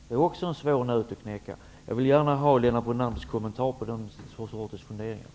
Det är också en svår nöt att knäcka. Jag vill gärna ha Lennart Brunanders kommentar till den sortens funderingar.